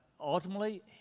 ultimately